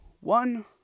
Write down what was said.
one